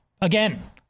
again